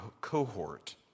cohort